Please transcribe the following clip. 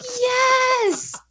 Yes